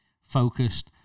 focused